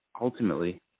ultimately